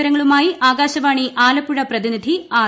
വിവരങ്ങളുമായി കുടുതൽ ആകാശവാണി ആലപ്പുഴ പ്രതിനിധി ആർ